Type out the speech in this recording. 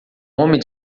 homem